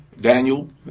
Daniel